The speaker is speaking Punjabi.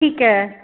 ਠੀਕ ਹੈ